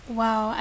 wow